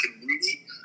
community